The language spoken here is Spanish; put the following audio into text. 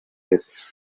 veces